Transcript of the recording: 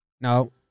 No